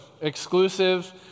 exclusive